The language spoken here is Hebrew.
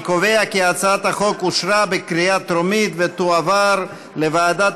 אני קובע כי הצעת החוק אושרה בקריאה טרומית ותועבר לוועדת